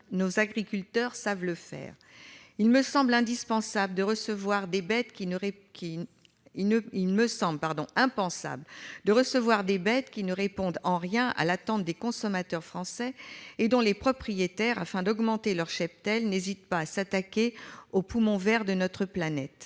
nos producteurs savent en faire. Il me semble impensable de recevoir des bêtes qui ne répondent en rien à l'attente des consommateurs français et dont les propriétaires, afin d'augmenter leur cheptel, n'hésitent pas à s'attaquer au poumon vert de notre planète.